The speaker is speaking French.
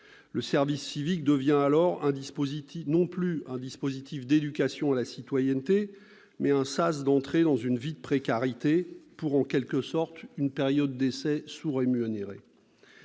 Le service civique devient alors non plus un dispositif d'éducation à la citoyenneté, mais un sas d'entrée dans une vie de précarité pour en quelque sorte une période d'essai sous-rémunérée.